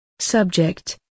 Subject